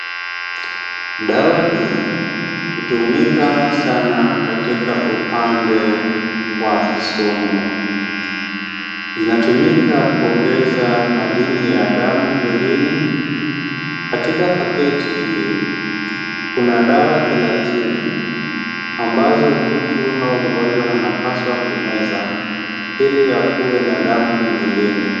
Dawa hii hutumika sana katika upande wa kisumu. Inatumika kuongeza madini ya damu mwilini. Katika paketi hii kuna dawa thelathini ambazo mtu au mgonjwa anapaswa kumeza ili akuwe na damu mwilini.